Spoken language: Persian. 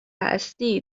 هستی